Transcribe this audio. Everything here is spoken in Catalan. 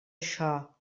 això